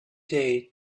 day